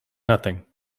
nothing